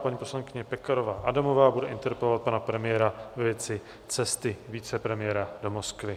Paní poslankyně Pekarová Adamová bude interpelovat pana premiéra ve věci cesty vicepremiéra do Moskvy.